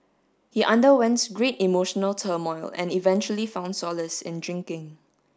he underwent great emotional turmoil and eventually found solace in drinking